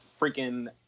freaking